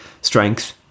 strength